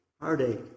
heartache